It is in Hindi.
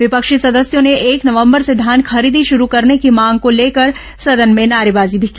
विपक्षी सदस्यों ने एक नवंबर से धान खरीदी शुरू करने की मांग को लेकर सदन में नारेबाजी भी की